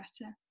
better